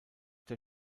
der